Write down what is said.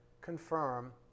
confirm